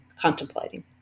contemplating